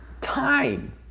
Time